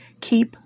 Keep